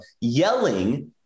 yelling